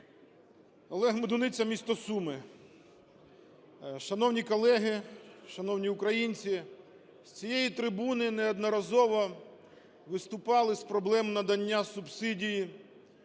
Олег Медуниця, місто Суми. Шановні колеги, шановні українці, з цієї трибуни неодноразово виступали з проблем надання субсидії